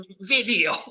video